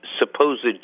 supposed